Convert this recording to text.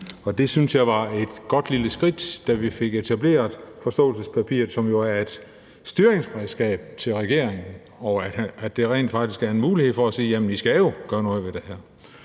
jeg var et godt lille skridt, da vi fik etableret forståelsespapiret, som jo er et styringsredskab for regeringen. Det er rent faktisk en mulighed for at sige: Jamen vi skal jo gøre noget ved det her.